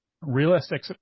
realistic